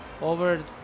over